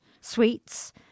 sweets